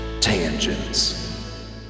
Tangents